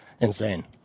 insane